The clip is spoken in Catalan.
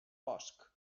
bosc